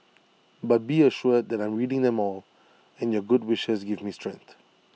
but be assured that I'm reading them all and your good wishes give me strength